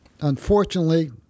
Unfortunately